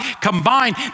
combined